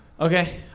Okay